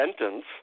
sentence